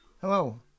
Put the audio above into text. Hello